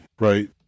right